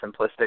simplistic